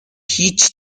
هیچ